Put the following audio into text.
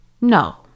No